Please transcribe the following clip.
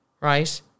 right